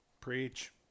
preach